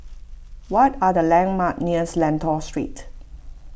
what are the landmarks near Lentor Street